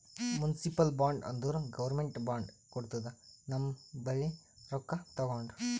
municipal bond ಅಂದುರ್ government bond ಕೊಡ್ತುದ ನಮ್ ಬಲ್ಲಿ ರೊಕ್ಕಾ ತಗೊಂಡು